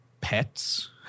pets